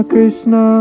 Krishna